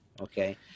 okay